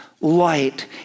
light